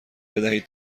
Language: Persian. بدهید